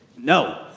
no